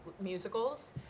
musicals